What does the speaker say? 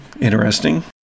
Interesting